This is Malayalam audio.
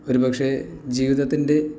ഒരു പക്ഷെ ജീവിതത്തിൻ്റെ